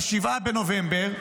ב-7 בנובמבר,